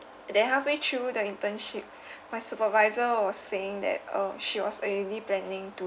then halfway through the internship my supervisor was saying that uh she was already planning to